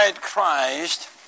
Christ